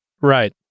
Right